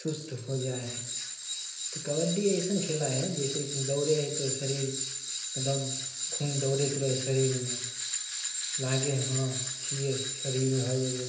सुस्त हो जा हइ तऽ कबड्डी अइसन खेला हइ जइसे दौड़े हइ तऽ शरीर एगदम खून दौड़ैत रहै हइ शरीरमे लागै छिए हँ शरीर हइ एगो